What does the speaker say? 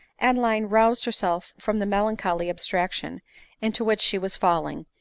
adeline roused herself from the melancholy abstraction into which she was falling,